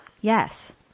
Yes